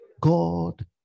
God